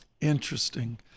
Interesting